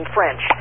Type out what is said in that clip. French